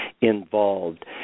involved